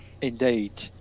Indeed